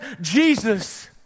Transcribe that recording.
Jesus